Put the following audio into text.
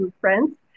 friends